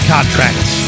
Contracts